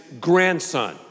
grandson